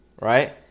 right